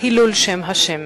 הילול שם ה'.